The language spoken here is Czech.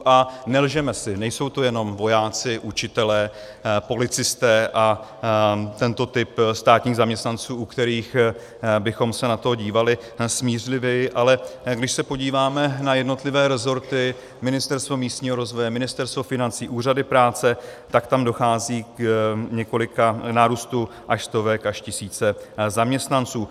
A nelžeme si, nejsou to jenom vojáci, učitelé, policisté a tento typ státních zaměstnanců, u kterých bychom se na to dívali smířlivěji, ale když se podíváme na jednotlivé resorty, Ministerstvo místního rozvoje, Ministerstvo financí, úřady práce, tak tam dochází k nárůstu až stovek až tisíce zaměstnanců.